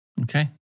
Okay